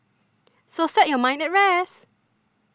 so set your mind at rest